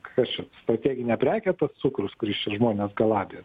kas čia strateginė prekė tas cukrus kuris čia žmones galabija